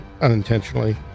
unintentionally